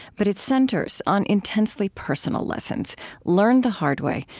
but it centers on intensely personal lessons learned the hard way,